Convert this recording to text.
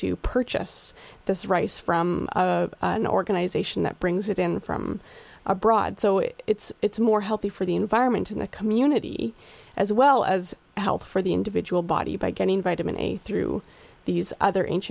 to purchase this rice from an organization that brings it in from abroad so it's more healthy for the environment in the community as well as health for the individual body by getting vitamin a through these other anc